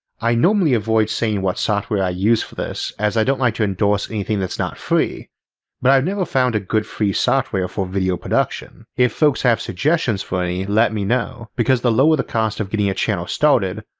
i normally avoid saying what software i use for this as i don't like to endorse anything that's not free but i've never found a good free software for video production. if folks have suggestions for any, let me know, because the lower the cost of getting a channel started,